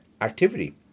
activity